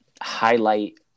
highlight